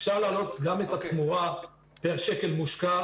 אפשר להעלות גם את התמורה פר שקל מושקע